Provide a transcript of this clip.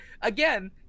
again